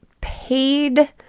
paid